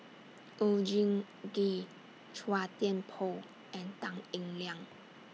Oon Jin Gee Chua Thian Poh and Tan Eng Liang